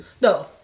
No